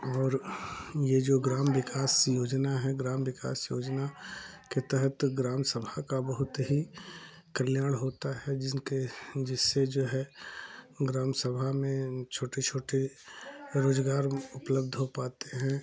और यह जो ग्राम विकास योजना है ग्राम विकास योजना के तहत ग्राम सभा का बहुत ही कल्याण होता है जिनके जिससे जो है ग्राम सभा में छोटे छोटे रोज़गार उपलब्ध हो पाते हैं